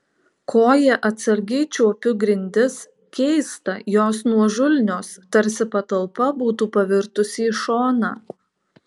koja atsargiai čiuopiu grindis keista jos nuožulnios tarsi patalpa būtų pavirtusi į šoną